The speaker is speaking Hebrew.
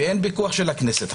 שאין פיקוח של הכנסת.